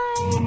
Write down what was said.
Bye